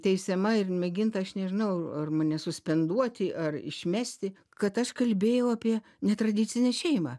teisiama ir mėginta aš nežinau ar mane suspenduoti ar išmesti kad aš kalbėjau apie netradicinę šeimą